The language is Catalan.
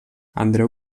andreu